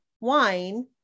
wine